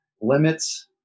limits